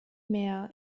mehr